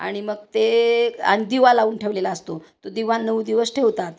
आणि मग ते आणि दिवा लावून ठेवलेला असतो तो दिवा नऊ दिवस ठेवतात